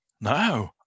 No